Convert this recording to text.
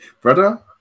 Brother